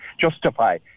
justify